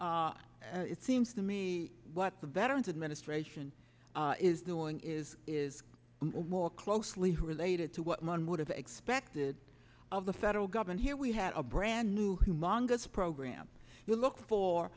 it seems to me what the veterans administration is doing is is war closely related to what one would have expected of the federal government here we had a brand new mongoose program we look for